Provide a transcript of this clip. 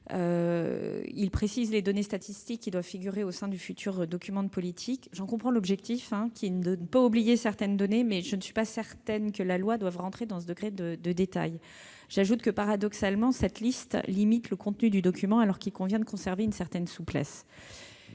à préciser les données statistiques devant figurer au sein du futur document de politique transversale. J'en comprends l'objectif, à savoir ne pas oublier certaines données, mais je ne suis pas certaine que la loi doive entrer dans ce degré de détail. J'ajoute que, paradoxalement, cette liste limite le contenu du document, alors qu'il convient de conserver une certaine souplesse.